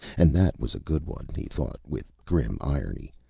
and that was a good one, he thought with grim irony,